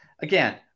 again